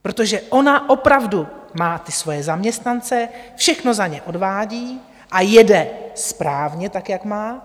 Protože ona opravdu má ty svoje zaměstnance, všechno za ně odvádí a jede správně tak, jak má.